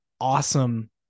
Awesome